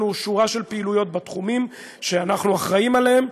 שורה של פעילויות בתחומים שאנחנו אחראים להם,